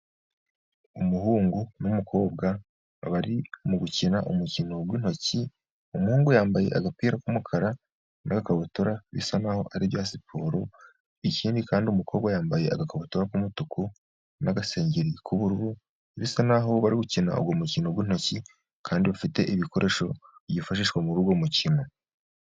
Umuhungu n'umukobwa bari mu gukina umukino w'intoki, umuhungu yambaye agapira k'umukara, nagakabutura bisa naho ari ibya siporo, ikindi kandi umukobwa yambaye agakabutura k'umutuku n'agasengeri k'uburuhu, bisa naho bari gukina uwo mukino w'intoki, kandi ufite ibikoresho byifashishwa muri uwo mukino.